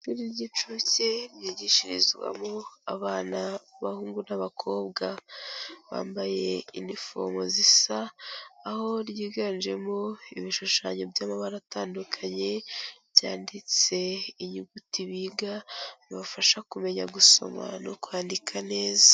Ishuri ry'incuke ryigishirizwamo abana b'abahungu n'abakobwa, bambaye inifomo zisa, aho ryiganjemo ibishushanyo by'amabara atandukanye byanditse inyuguti biga bibafasha kumenya gusoma no kwandika neza.